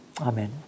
Amen